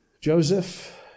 Joseph